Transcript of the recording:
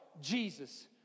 Jesus